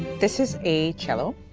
this is a cello.